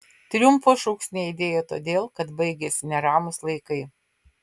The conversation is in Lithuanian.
triumfo šūksniai aidėjo todėl kad baigėsi neramūs laikai